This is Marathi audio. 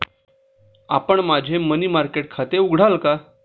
आपण माझे मनी मार्केट खाते उघडाल का?